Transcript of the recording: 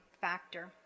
factor